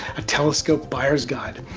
a telescope buying guide.